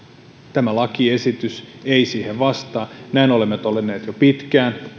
tämä lakiesitys ei siihen vastaa näin olemme todenneet jo pitkään